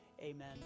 Amen